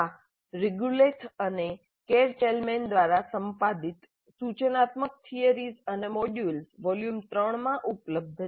આ રીગેલુથ અને Carr Chellman દ્વારા સંપાદિત સૂચનાત્મક થિયરીઝ અને મોડલ્સ વોલ્યુમ III માં ઉપલબ્ધ છે